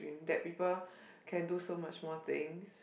that people can do so much more things